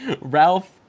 Ralph